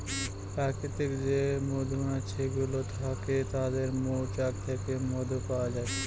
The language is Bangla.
প্রাকৃতিক যে মধুমাছি গুলো থাকে তাদের মৌচাক থেকে মধু পাওয়া যায়